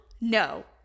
No